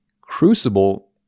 crucible